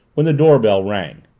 when the doorbell rang.